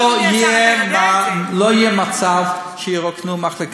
לא יהיה מצב שירוקנו מחלקה.